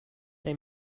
they